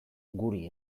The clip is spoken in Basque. guri